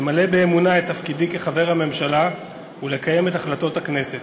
למלא באמונה את תפקידי כחבר הממשלה ולקיים את החלטות הכנסת.